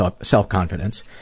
self-confidence